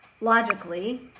logically